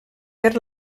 per